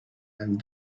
and